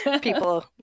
people